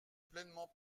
pleinement